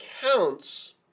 counts